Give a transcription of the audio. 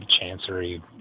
Chancery